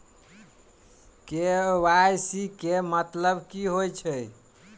KYC केँ मतलब की होइ छै?